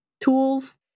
tools